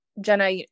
Jenna